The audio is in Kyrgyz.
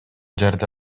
жерде